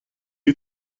you